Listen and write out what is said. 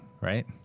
right